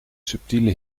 subtiele